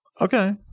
okay